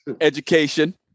education